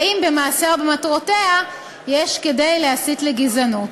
האם במעשיה או במטרותיה יש כדי להסית לגזענות?